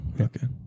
okay